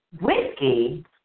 whiskey